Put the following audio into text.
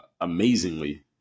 amazingly